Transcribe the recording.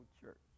church